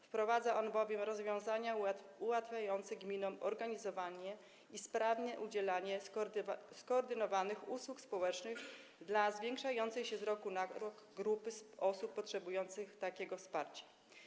Wprowadza on bowiem rozwiązania ułatwiające gminom organizowanie i sprawne udzielanie skoordynowanych usług społecznych dla zwiększającej się z roku na rok grupy osób potrzebujących takiego wsparcia.